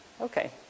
Okay